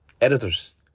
editors